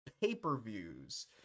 pay-per-views